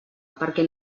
perquè